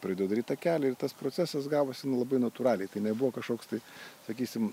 pradėjo daryt tą kelia ir tas procesas gavosi nu labai natūraliai tai nebuvo kažkoks tai sakysim